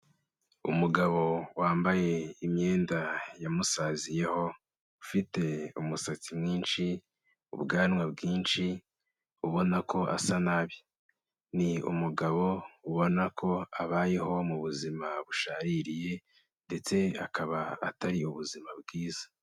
Umugabo wambaye imyenda yamusaziyeho, ufite umusatsi mwinshi, ubwanwa bwinshi, ubona ko asa nabi. Ni umugabo ubona ko abayeho mu buzima bushaririye ndetse akaba atari ubuzima bwiza.